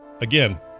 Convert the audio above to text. again